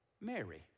Mary